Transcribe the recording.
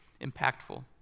impactful